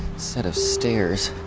set of stairs.